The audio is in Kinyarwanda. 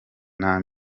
nta